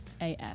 af